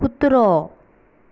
कुत्रो